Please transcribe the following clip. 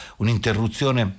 un'interruzione